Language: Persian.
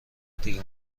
دیگه